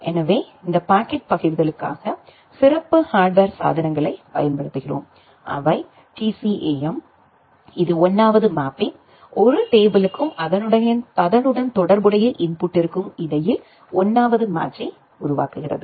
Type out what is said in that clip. எனவே இந்த பாக்கெட் பகிர்தலுக்காக சிறப்பு ஹார்ட்வேர் சாதனங்களைப் பயன்படுத்துகிறோம் அவை TCAM இது 1 வது மேப்பிங் ஒரு டேபிளுக்கும் அதனுடன் தொடர்புடைய இன்புட்டிருக்கும் இடையில் 1 வது மேட்ச்யை உருவாக்குகிறது